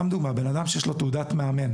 לדוגמה: בן אדם שיש לו תעודת מאמן